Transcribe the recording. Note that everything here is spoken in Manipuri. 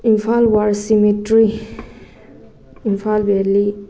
Imphal war cemetery Imphal valley